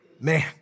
Man